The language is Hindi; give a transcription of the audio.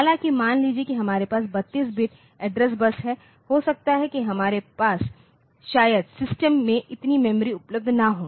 हालाँकि मान लीजिये कि हमारे पास 32 बिट एड्रेस बस है हो सकता है कि हमारे पास शायद सिस्टम में इतनी मेमोरी उपलब्ध न हो